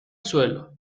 suelo